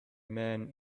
men